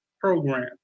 program